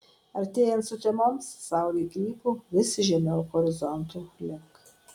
artėjant sutemoms saulė krypo vis žemiau horizonto link